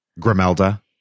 Grimelda